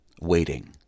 waiting